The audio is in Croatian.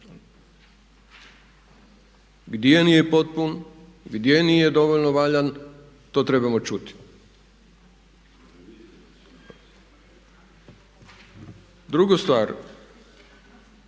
Gdje nije potpun, gdje nije dovoljno valjan, to trebamo čuti. Druga stvar